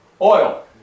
Oil